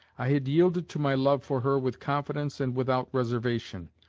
i had yielded to my love for her with confidence and without reservation.